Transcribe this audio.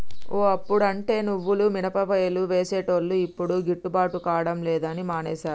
ఓ అప్పుడంటే నువ్వులు మినపసేలు వేసేటోళ్లు యిప్పుడు గిట్టుబాటు కాడం లేదని మానేశారు